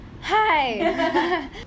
Hi